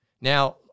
Now